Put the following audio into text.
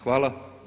Hvala.